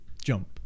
jump